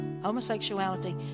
homosexuality